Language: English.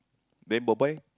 then bye bye